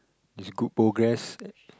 there's good progress